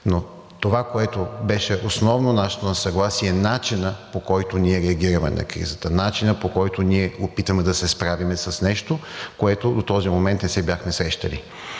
Но това, което беше основно нашето несъгласие, е начинът, по който ние реагираме на кризата, начинът, по който ние се опитваме да се справим с нещо, с което до този момент не се бяхме срещали.